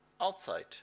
outside